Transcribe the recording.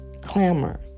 clamor